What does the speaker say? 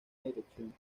dirección